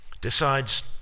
decides